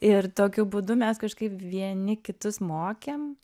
ir tokiu būdu mes kažkaip vieni kitus mokėm